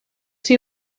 see